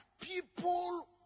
people